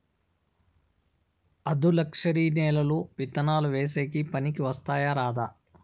ఆధులుక్షరి నేలలు విత్తనాలు వేసేకి పనికి వస్తాయా రాదా?